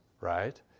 right